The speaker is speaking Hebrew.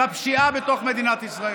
בפשיעה בתוך מדינת ישראל.